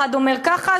אחד אומר ככה,